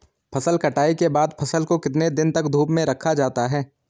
फसल कटाई के बाद फ़सल को कितने दिन तक धूप में रखा जाता है?